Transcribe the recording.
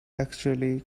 actually